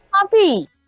Happy